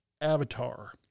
Avatar